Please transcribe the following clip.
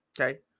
okay